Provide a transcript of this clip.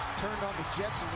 turned on the jets,